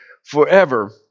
Forever